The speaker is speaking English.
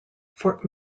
fort